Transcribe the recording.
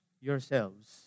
yourselves